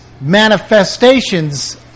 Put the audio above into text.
manifestations